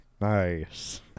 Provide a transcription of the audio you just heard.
Nice